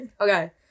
Okay